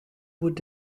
would